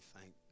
thank